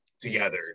together